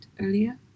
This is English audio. earlier